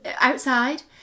outside